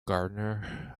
gardener